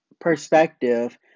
perspective